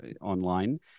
online